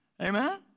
Amen